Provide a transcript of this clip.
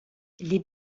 les